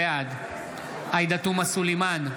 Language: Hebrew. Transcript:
בעד עאידה תומא סלימאן,